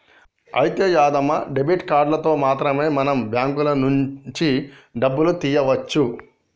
అయితే యాదమ్మ డెబిట్ కార్డులతో మాత్రమే మనం బ్యాంకుల నుంచి డబ్బులు తీయవచ్చు